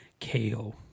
KO